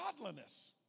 godliness